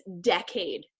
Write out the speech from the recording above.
decade